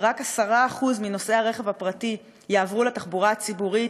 אם רק 10% מנוסעי הרכב הפרטי יעברו לתחבורה הציבורית